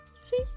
See